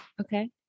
Okay